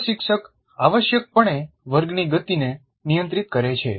પ્રશિક્ષક આવશ્યકપણે વર્ગની ગતિને નિયંત્રિત કરે છે